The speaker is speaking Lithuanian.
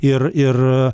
ir ir